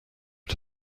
had